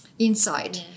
inside